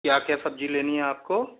क्या क्या सब्ज़ी लेनी है आपको